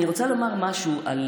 אני רוצה לומר משהו על